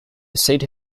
city